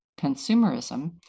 consumerism